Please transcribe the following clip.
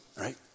right